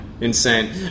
Insane